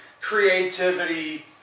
creativity